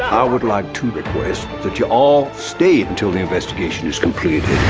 i would like to request that you all stayed until the investigation is completed